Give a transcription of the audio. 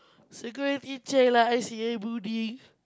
security check lah I_C_A building